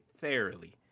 thoroughly